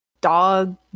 dog